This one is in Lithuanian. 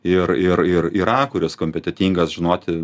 ir ir ir yra kuris kompetentingas žinoti